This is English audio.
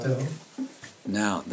Now